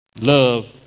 love